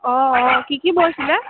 অঁ কি কি বৈছিলে